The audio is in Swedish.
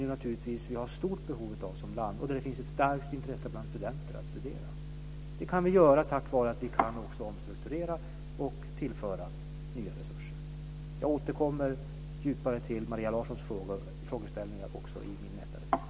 Det är ett område som vi har stort behov av och där det finns ett starkt intresse bland studenter. Det kan vi göra tack vare att vi kan omstrukturera och tillföra mer resurser. Jag återkommer för att djupare besvara Maria Larssons frågeställningar i min nästa replik.